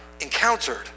encountered